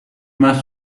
mas